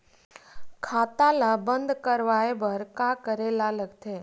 खाता ला बंद करवाय बार का करे ला लगथे?